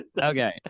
okay